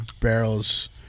barrels